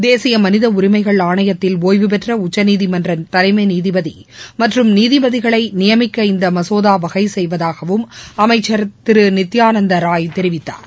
தேசிய மனித உரிமைகள் ஆணையத்தில் ஓய்வுபெற்ற உச்சநீதிமன்றத்தின் தலைமை நீதிபதி மற்றும் நீதிபதிகளை நியமிக்க இந்த மசோதா வகை செய்வதாகவும் அமைச்சர் திரு நித்தியானந்த ராய் தெரிவித்தார்